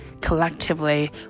collectively